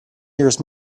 nearest